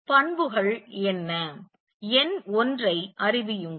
பண்புகள் என்ன எண் ஒன்றை அறிவியுங்கள்